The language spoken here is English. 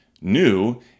new